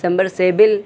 submersible